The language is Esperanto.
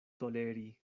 toleri